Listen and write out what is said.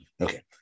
Okay